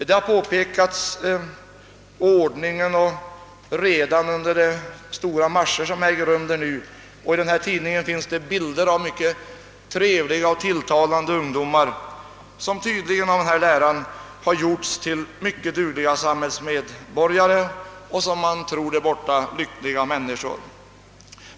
Man har framhållit ordningen och redan vid de stora marscher som nu äger rum i Kina, och i den här tidningen finns det bilder av mycket trevliga och tilltalande ungdomar som av denna lära tydligen gjorts till mycket dugliga samhällsmedborgare och till — som man tror där borta — lyckliga människor.